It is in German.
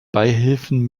beihilfen